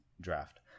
draft